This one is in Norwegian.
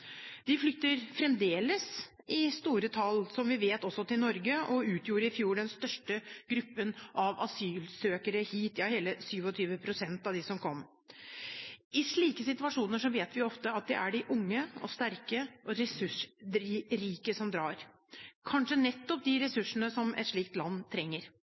De flykter fremdeles i store tall, som vi vet, også til Norge og utgjorde i fjor den største gruppen av asylsøkere hit – hele 27 pst. av dem som kom. I slike situasjoner vet vi at det ofte er de unge, sterke og ressursrike som drar, med nettopp de ressursene som et slikt land trenger.